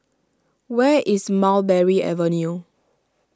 where is Mulberry Avenue